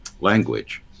language